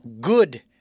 good